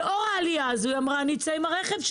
אמרה שלאור העלייה הזאת היא תצא עם הרכב,